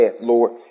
Lord